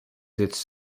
its